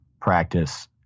practice